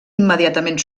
immediatament